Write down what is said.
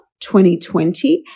2020